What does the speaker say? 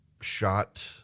shot